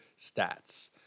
stats